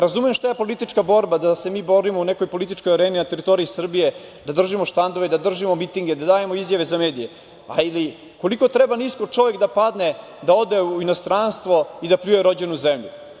Razumem ja šta je politička borba, da se mi borimo u nekoj političkoj areni na teritoriji Srbije, da držimo štandove, da držimo mitinge, da dajemo izjave za mediji, ali koliko treba nisko čovek da padne da ode u inostranstvo i da pljuje rođenu zemlju?